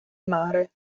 mare